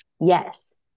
Yes